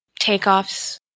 takeoffs